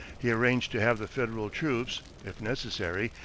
he arranged to have the federal troops, if necessary,